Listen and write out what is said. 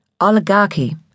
oligarchy